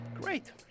Great